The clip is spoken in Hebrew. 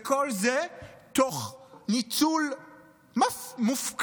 וכל זה תוך ניצול מופקר